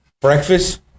breakfast